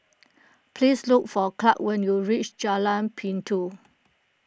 please look for Clarke when you reach Jalan Pintau